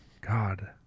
God